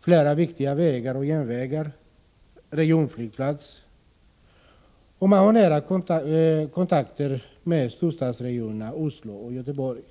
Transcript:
flera viktiga vägar och järnvägar samt en regional flygplats, och man har nära kontakter med storstadsregionerna Oslo och Göteborg.